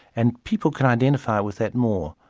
and people can identify with that more.